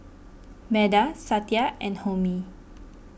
Medha Satya and Homi